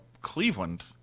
cleveland